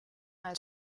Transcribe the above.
als